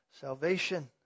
salvation